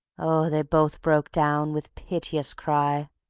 oh, they both broke down, with piteous cry.